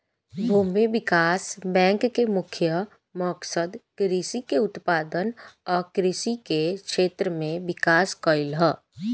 भूमि विकास बैंक के मुख्य मकसद कृषि के उत्पादन आ कृषि के क्षेत्र में विकास कइल ह